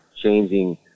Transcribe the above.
changing